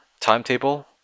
timetable